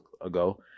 ago